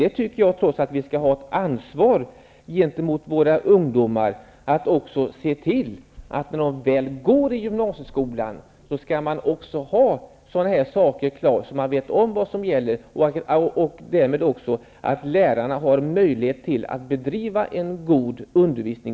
Jag tycker att vi skall visa det ansvaret gentemot våra ungdomar i gymnasieskolan, så att de vet vad som gäller och lärarna har möjlighet att bedriva en god undervisning.